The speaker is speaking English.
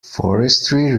forestry